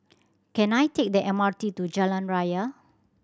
can I take the M R T to Jalan Raya